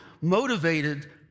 motivated